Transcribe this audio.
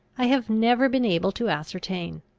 i have never been able to ascertain.